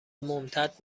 ممتد